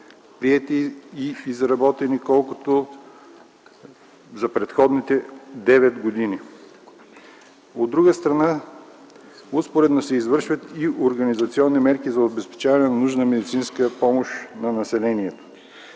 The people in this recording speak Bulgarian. приети толкова, колкото за предходните 9 години. От друга страна, успоредно се извършват и организационни мерки за обезпечаване на нужната медицинска помощ на населението.